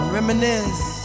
Reminisce